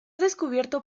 descubierto